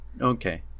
okay